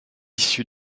issue